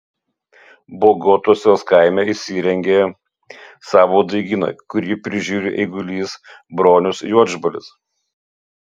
bagotosios kaime įsirengė savo daigyną kurį prižiūri eigulys bronius juodžbalis